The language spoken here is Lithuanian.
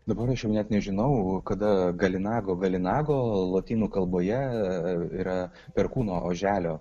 dabar net nežinau kada galinago galinago lotynų kalboje yra perkūno oželio